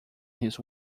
his